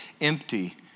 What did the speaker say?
empty